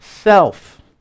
self